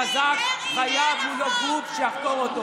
חוץ מדרעי.